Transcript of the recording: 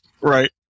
Right